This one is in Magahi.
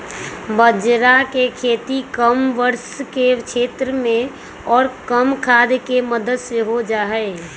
बाजरा के खेती कम वर्षा के क्षेत्र में और कम खाद के मदद से हो जाहई